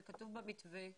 זה כתוב במתווה.